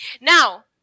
Now